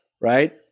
right